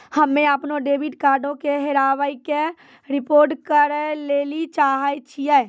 हम्मे अपनो डेबिट कार्डो के हेराबै के रिपोर्ट करै लेली चाहै छियै